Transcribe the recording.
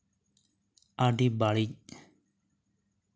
ᱟᱹᱰᱤ ᱵᱟ ᱲᱤᱡ